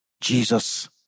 Jesus